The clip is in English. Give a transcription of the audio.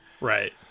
Right